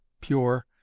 pure